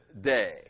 day